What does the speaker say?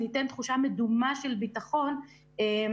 זה ייתן תחושה מדומה של ביטחון לאזרחים.